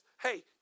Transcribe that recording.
hey